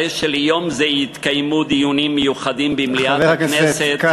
ביום זה יתקיימו דיונים מיוחדים במליאת הכנסת,